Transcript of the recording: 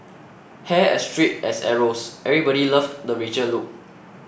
hair as straight as arrows everybody loved the Rachel look